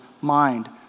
mind